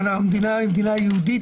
שהמדינה היא מדינה יהודית,